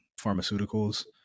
pharmaceuticals